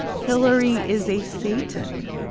hillary is a satan.